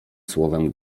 słowem